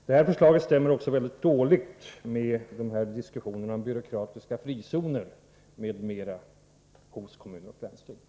Det här förslaget stämmer också väldigt dåligt med diskussionerna om byråkratiska frizoner m.m. hos kommuner och landsting.